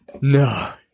No